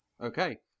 Okay